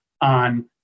on